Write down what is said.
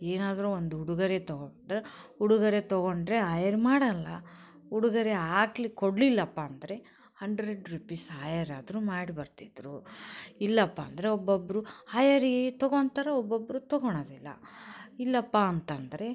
ಏನಾದರೂ ಒಂದು ಉಡುಗೊರೆ ತಗೊಂಡರೆ ಉಡುಗೊರೆ ತಗೊಂಡರೆ ಆಯೆರ್ ಮಾಡೋಲ್ಲ ಉಡುಗೊರೆ ಆಗ್ಲಿ ಕೊಡಲಿಲ್ಲಪ್ಪ ಅಂದರೆ ಹಂಡ್ರೆಡ್ ರುಪೀಸ್ ಹಾಯೆರ್ ಆದರೂ ಮಾಡಿ ಬರ್ತಿದ್ದರು ಇಲ್ಲಪ್ಪ ಅಂದರೆ ಒಬ್ಬೊಬ್ಬರು ಹಾಯೆರಿಗೆ ತೊಗೊಂತಾರೆ ಒಬ್ಬೊಬ್ಬರು ತೊಗೋಳೋದಿಲ್ಲ ಇಲ್ಲಪ್ಪ ಅಂತಂದರೆ